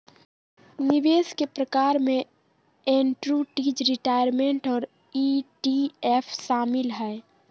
निवेश के प्रकार में एन्नुटीज, रिटायरमेंट और ई.टी.एफ शामिल हय